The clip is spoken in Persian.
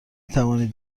توانید